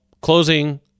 closing